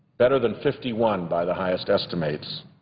better than fifty one by the highest estimates.